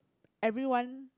everyone